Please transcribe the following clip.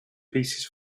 pieces